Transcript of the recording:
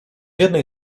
jednej